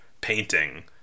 painting